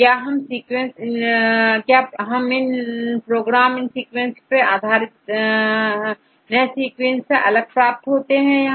क्या यह प्रोग्राम इन सीक्वेंस पर आधारित है यह नए सीक्वेंस से अलग प्राप्त होगा क्या